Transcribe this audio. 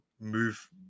move